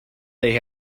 they